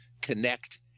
Connect